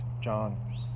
John